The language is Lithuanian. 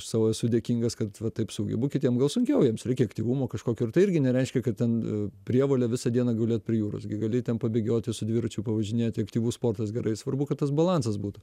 sau esu dėkingas kad va taip sugebu kitiem gal sunkiau jiems reikia aktyvumo kažkokio ir tai irgi nereiškia kad ten prievolė visą dieną gulėt prie jūros gi gali ten pabėgioti su dviračiu pavažinėti aktyvus sportas gerai svarbu kad tas balansas būtų